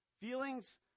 Feelings